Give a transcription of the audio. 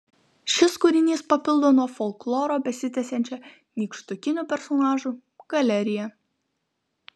šis kūrinys papildo nuo folkloro besitęsiančią nykštukinių personažų galeriją